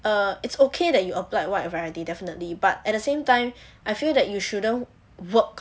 err it's okay that you applied wide variety definitely but at the same time I feel that you shouldn't work